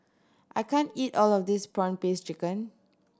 I can't eat all of this prawn paste chicken